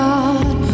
God